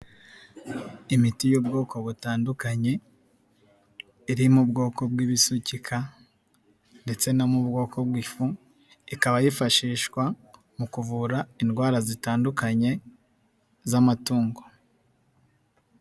Imiti y'ubwoko butandukanye, iri mu bwoko bw'ibisukika ndetse no mu bwoko bw'ifu, ikaba yifashishwa mu kuvura indwara zitandukanye z'amatungo.